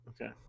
Okay